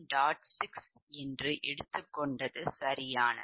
6 சரியானது